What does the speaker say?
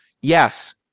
yes